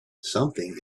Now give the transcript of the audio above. something